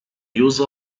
use